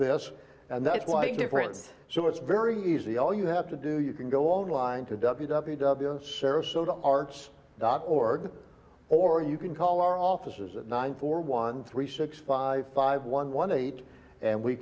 this and that's why your friends so it's very easy all you have to do you can go online to w w w sarasota arts dot org or you can call our offices at nine four one three six five five one one eight and we